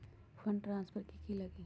Fund transfer कि की लगी?